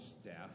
staff